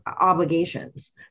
obligations